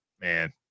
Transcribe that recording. Man